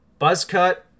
Buzzcut